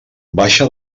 baixa